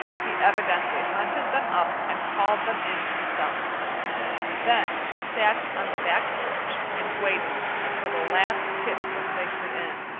he evidently hunted them up and called them in himself then he sat on the back porch and waited until the last kit was safely in,